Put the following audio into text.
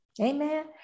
Amen